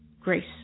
grace